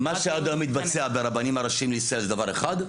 --- מה שעד היום התבצע ברבנים הראשיים לישראל זה דבר אחד,